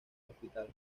hospital